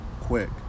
quick